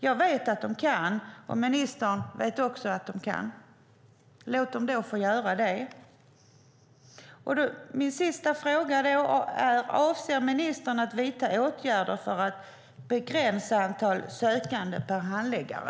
Jag vet att de kan, och ministern vet också att de kan. Låt dem då få göra det. Min sista fråga är: Avser ministern att vidta åtgärder för att begränsa antal sökande per handläggare?